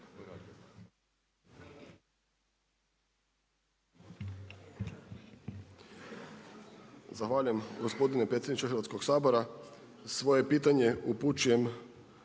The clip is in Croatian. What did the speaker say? Zahvaljujem gospodine predsjedniče Hrvatskog sabora. Svoje pitanje upućujem